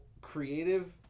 creative